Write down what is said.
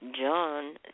John